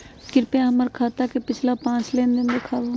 कृपया हमर खाता के पिछला पांच लेनदेन देखाहो